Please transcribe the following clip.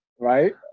right